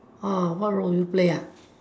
uh what role would you play ah